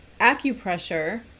acupressure